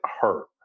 hurt